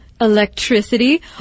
Electricity